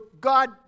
God